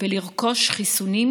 ולרכוש חיסונים,